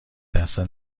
دسته